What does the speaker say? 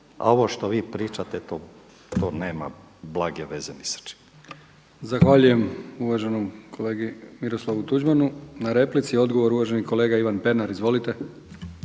A ovo što vi pričate to nema blage veze ni sa čim. **Brkić, Milijan (HDZ)** Zahvaljujem uvaženom kolegi Miroslavu Tuđmanu na replici. Odgovor uvaženi kolega Ivan Pernar. Izvolite!